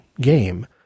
game